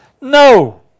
No